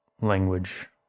language